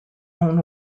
own